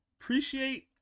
appreciate